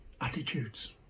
Attitudes